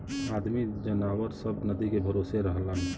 आदमी जनावर सब नदी के भरोसे रहलन